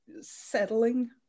settling